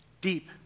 deep